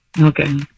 Okay